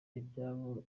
ibyabo